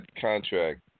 contract